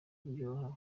byoroha